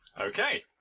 Okay